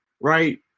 Right